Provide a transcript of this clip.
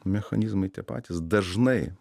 mechanizmai tie patys dažnai